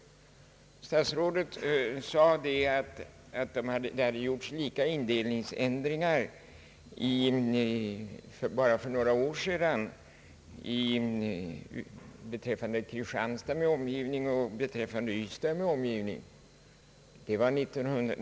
Statsrådet sade att det hade gjorts lika stora indelningsändringar för bara några år sedan beträffande Kristianstad med omgivning och beträffande Ystad med omgivning.